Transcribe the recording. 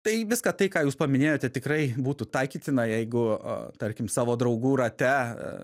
tai viską tai ką jūs paminėjote tikrai būtų taikytina jeigu tarkim savo draugų rate